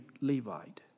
Levite